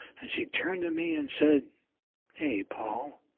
and she turned to me and said hey paul,